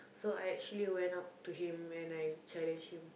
so I actually went up to him and I challenged him